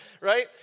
right